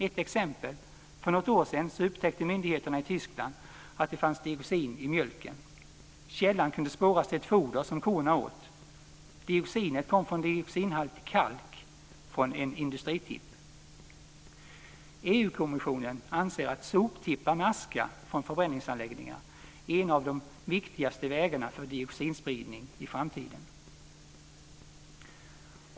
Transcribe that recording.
Ett exempel: För något år sedan upptäckte myndigheter i Tyskland att det fanns dioxin i mjölken. Källan kunde spåras till ett foder som korna åt. EG-kommissionen anser att soptippar med aska från förbränningsanläggningar är en av de viktigaste vägarna för dioxinspridning i framtiden.